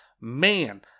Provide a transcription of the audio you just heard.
Man